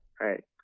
Right